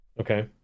Okay